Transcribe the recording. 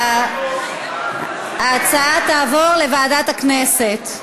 ההצעה תעבור לוועדת הכנסת.